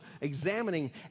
examining